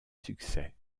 succès